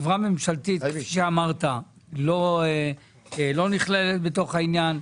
חברה ממשלתית כפי שאמרת לא נכללת בתוך העניין,